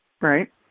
right